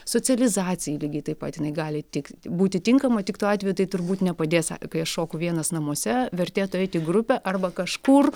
socializacijai lygiai taip pat jinai gali tik būti tinkama tik tuo atveju tai turbūt nepadės ai kai aš šoku vienas namuose vertėtų eit į grupę arba kažkur